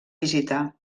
visitar